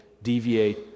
deviate